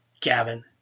Gavin